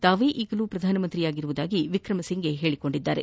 ತಾವೇ ಈಗಲೂ ಪ್ರಧಾನಮಂತ್ರಿಯಾಗಿರುವುದಾಗಿ ವಿಕ್ರಮಸಿಂಫೆ ಹೇಳಕೊಂಡಿದ್ದಾರೆ